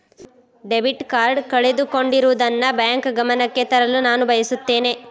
debit card ಕಳೆದುಕೊಂಡಿರುವುದನ್ನು bank ಗಮನಕ್ಕೆ ತರಲು ನಾನು ಬಯಸುತ್ತೇನೆ